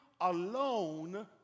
alone